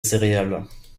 céréales